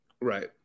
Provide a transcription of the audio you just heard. Right